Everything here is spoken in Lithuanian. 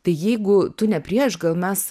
tai jeigu tu ne prieš gal mes